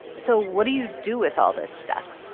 so what do you do with all this stuff?